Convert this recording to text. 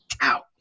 out